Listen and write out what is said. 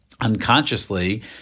unconsciously